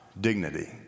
dignity